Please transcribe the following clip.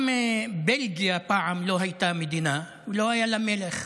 גם בלגיה פעם לא הייתה מדינה ולא היה לה מלך.